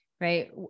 right